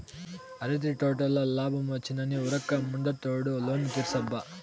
అరటి తోటల లాబ్మొచ్చిందని ఉరక్క ముందటేడు లోను తీర్సబ్బా